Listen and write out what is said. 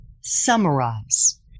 summarize